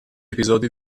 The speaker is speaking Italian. episodi